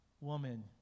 Woman